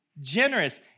generous